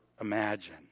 imagine